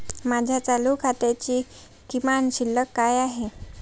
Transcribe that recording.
माझ्या चालू खात्याची किमान शिल्लक काय आहे?